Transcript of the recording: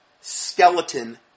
skeleton